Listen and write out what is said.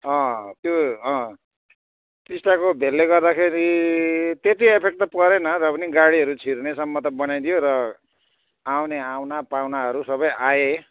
अँ त्यो अँ टिस्टाको भेलले गर्दाखेरि त्यति इफेक्ट त परेन र पनि गाडीहरू छिर्नेसम्म त बनाइदियो र आउने आउना पाहुनाहरू सबै आए